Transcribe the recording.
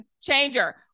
changer